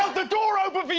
the door open